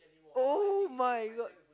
[oh]-my-God